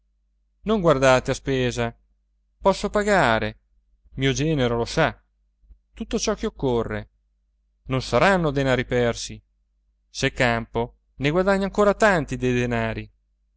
non guardate a spesa posso pagare mio genero lo sa tutto ciò che occorre non saranno denari persi se campo ne guadagno ancora tanti dei denari